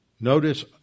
Notice